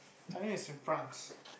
something is in France